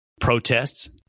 protests